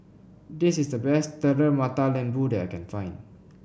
this is the best Telur Mata Lembu that I can find